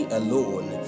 alone